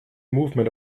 movement